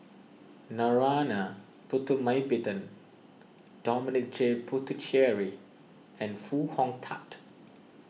Narana Putumaippittan Dominic J Puthucheary and Foo Hong Tatt